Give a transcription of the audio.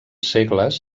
segles